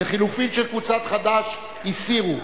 לחלופין של קבוצת חד"ש, הסירו.